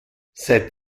seit